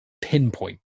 pinpoint